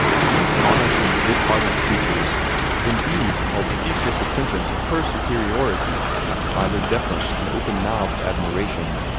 these honest and good-hearted creatures indeed called ceaseless attention to her superiority by their deference and open-mouthed admiration,